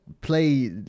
play